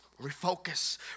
refocus